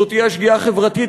זו תהיה שגיאה חברתית,